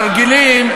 תרגילים,